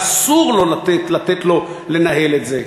אסור לתת לו לנהל את זה,